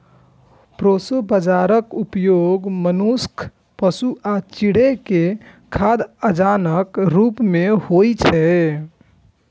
proso बाजाराक उपयोग मनुक्ख, पशु आ चिड़ै के खाद्य अनाजक रूप मे होइ छै